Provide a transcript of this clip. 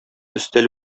өстәл